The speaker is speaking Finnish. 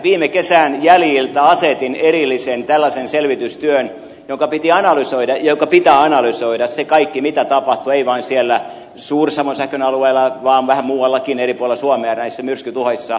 viime kesän jäljiltä asetin tällaisen erillisen selvitystyön jonka piti analysoida ja jonka pitää analysoida se kaikki mitä tapahtuu ei vain siellä suur savon sähkön alueella vaan vähän muuallakin eri puolilla suomea näissä myrskytuhoissa